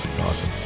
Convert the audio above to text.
Awesome